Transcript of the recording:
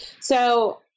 So-